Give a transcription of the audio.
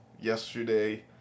yesterday